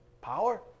power